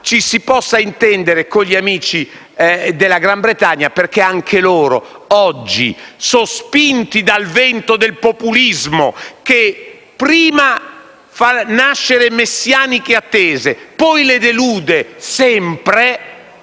ci si possa intendere con gli amici della Gran Bretagna, perché anche loro oggi, sospinti dal vento del populismo, che prima fa nascere messianiche attese e poi sempre